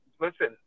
Listen